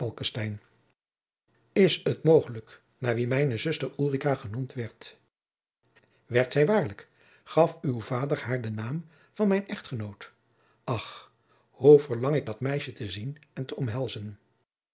is t mogelijk naar wien mijne zuster ulrica genoemd werd werd zij waarlijk gaf uw vader haar den naam van mijn echtgenoot ach hoe verlang ik dat meisje te zien en te omhelzen